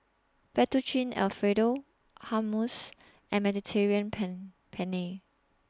Fettuccine Alfredo Hummus and Mediterranean Pen Penne